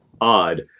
odd